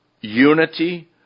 unity